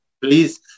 Please